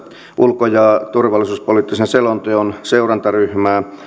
ulko ja turvallisuuspoliittisen selonteon seurantaryhmää